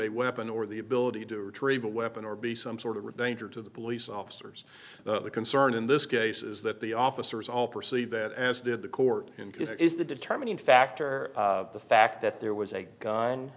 a weapon or the ability to retrieve a weapon or be some sort of danger to the police officers the concern in this case is that the officers all perceive that as did the court and because it is the determining factor the fact that there was a gu